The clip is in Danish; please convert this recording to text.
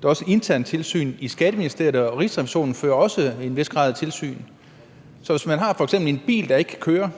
der er også et internt tilsyn i Skatteministeriet, og Rigsrevisionen fører også i en vis grad tilsyn. Så hvis man har f.eks. en bil, der ikke kan køre,